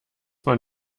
man